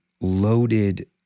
loaded